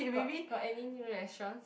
got got any new restaurants